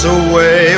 away